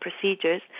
procedures